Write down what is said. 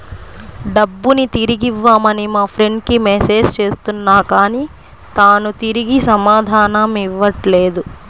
డబ్బుని తిరిగివ్వమని మా ఫ్రెండ్ కి మెసేజ్ చేస్తున్నా కానీ తాను తిరిగి సమాధానం ఇవ్వట్లేదు